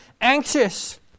anxious